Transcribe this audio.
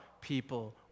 people